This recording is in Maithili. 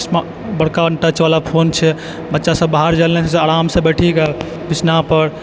बड़का अनटचवला फोन छै बच्चा सब बाहर जाइलए नहि चाहै छै आरामसँ बैठिकऽ स्नैपपर